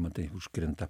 matai užkrenta